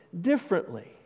Differently